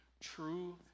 true